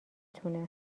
تونه